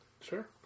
Sure